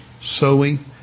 Sowing